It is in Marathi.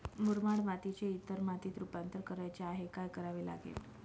मुरमाड मातीचे इतर मातीत रुपांतर करायचे आहे, काय करावे लागेल?